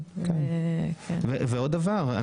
ועוד דבר,